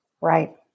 Right